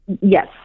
Yes